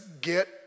get